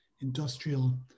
industrial